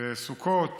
בסוכות